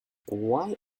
why